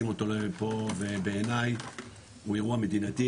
אותו אולי פה ובעיניי הוא אירוע מדינתי,